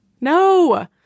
No